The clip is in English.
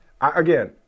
Again